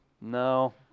no